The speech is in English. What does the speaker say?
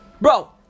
bro